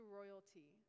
royalty